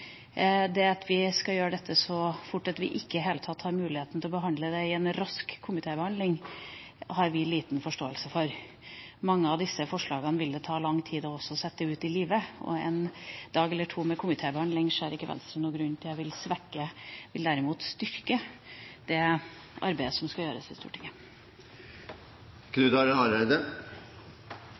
Det at vi skal gjøre dette så fort at vi ikke i det hele tatt har muligheten til å behandle det i en rask komitébehandling, har vi liten forståelse for. Mange av disse forslagene vil også ta lang tid å sette ut i livet, og en dag eller to med komitébehandling ser ikke Venstre noen grunn til at vil svekke – det vil derimot styrke – det arbeidet som skal gjøres i Stortinget.